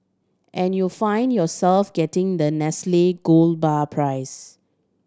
and you find yourself getting the Nestle gold bar prize